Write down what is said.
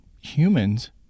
humans